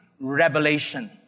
revelation